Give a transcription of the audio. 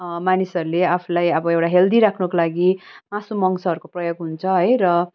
मानिसहरूले आफूलाई अब एउटा हेल्दी राख्नुको लागि मासु मङ्सहरूको प्रयोग हुन्छ है र